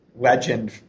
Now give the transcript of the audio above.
legend